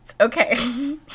Okay